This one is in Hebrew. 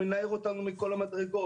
הוא מנער אותנו מכל המדרגות.